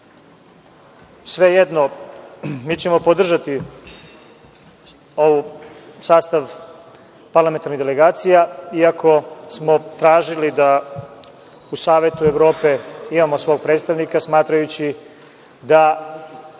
vlast. Svejedno, mi ćemo podržati sastav parlamentarnih delegacija, iako smo tražili da u Savetu Evrope imamo svog predstavnika, smatrajući da